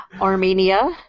Armenia